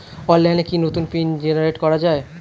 অনলাইনে কি নতুন পিন জেনারেট করা যায়?